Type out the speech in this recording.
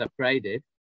upgraded